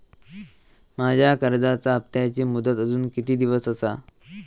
माझ्या कर्जाचा हप्ताची मुदत अजून किती दिवस असा?